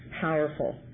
powerful